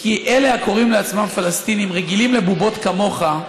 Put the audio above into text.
כי אלה הקוראים לעצמם פלסטינים רגילים לבובות כמוך,